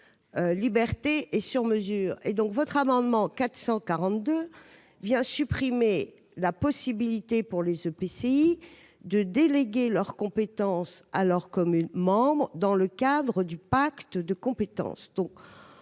liberté » et « sur mesure ». Or l'amendement n° 442 tend à supprimer la possibilité pour les EPCI de déléguer leurs compétences à leurs communes membres dans le cadre du pacte de gouvernance.